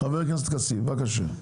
מאוחר,